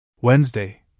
Wednesday